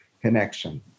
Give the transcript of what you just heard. connection